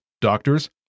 doctors